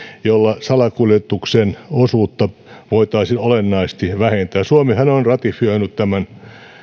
jolla salakuljetuksen osuutta voitaisiin olennaisesti vähentää suomihan on on ratifioinut tämän